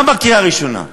גם בקריאה הראשונה.